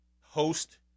host